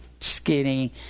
skinny